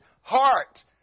heart